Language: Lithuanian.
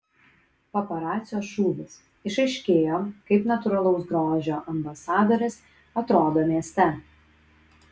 paparacio šūvis išaiškėjo kaip natūralaus grožio ambasadorės atrodo mieste